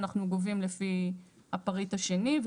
אנחנו גובים לפי הפריט השני.